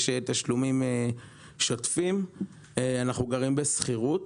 יש תשלומים שוטפים ואנחנו גרים בשכירות.